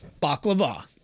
baklava